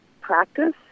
practice